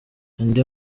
indi